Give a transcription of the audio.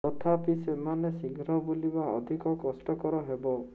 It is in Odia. ତଥାପି ସେମାନେ ଶୀଘ୍ର ବୁଲିବା ଅଧିକ କଷ୍ଟକର ହେବ